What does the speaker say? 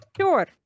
Sure